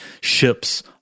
Ships